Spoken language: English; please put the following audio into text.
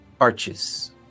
arches